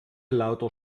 lauter